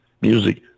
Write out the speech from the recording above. music